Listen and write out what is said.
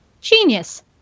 genius